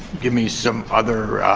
give me some other